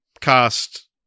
cast